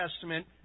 Testament